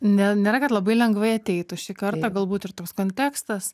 ne nėra kad labai lengvai ateitų šį kartą galbūt ir toks kontekstas